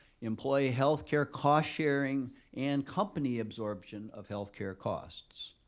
employee healthcare cost sharing and company absorbing and of healthcare costs.